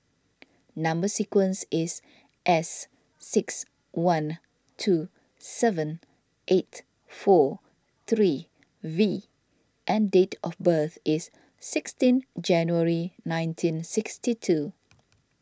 Number Sequence is S six one two seven eight four three V and date of birth is sixteen January nineteen sixty two